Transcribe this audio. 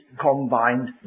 combined